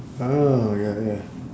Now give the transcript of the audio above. orh ya ya